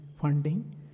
funding